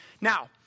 Now